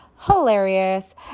hilarious